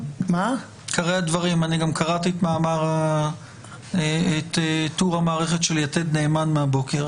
קראתי את טור המערכת של יתד נאמן מהבוקר.